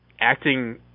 acting